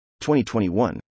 2021